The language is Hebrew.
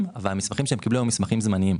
אבל המסמכים שהם קיבלו הם מסמכים זמניים.